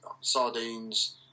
sardines